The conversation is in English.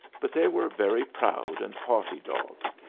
but they were very proud and haughty dogs,